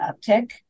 uptick